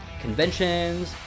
conventions